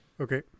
Okay